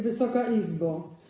Wysoka Izbo!